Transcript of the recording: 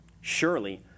Surely